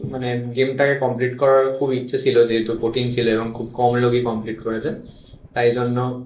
মানে গেমটা কমপ্লিট করার খুব ইচ্ছা ছিল যেহেতু কঠিন ছিল এবং খুব কম লোকই কমপ্লিট করেছেন তাই জন্য